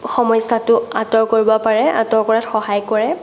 সমস্যাটো আঁতৰ কৰিব পাৰে আঁতৰ কৰাত সহায় কৰে